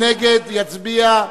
יצביע.